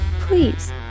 please